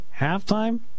Halftime